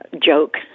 joke